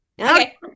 Okay